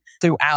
throughout